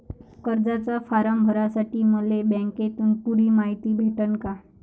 कर्जाचा फारम भरासाठी मले बँकेतून पुरी मायती भेटन का?